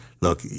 Look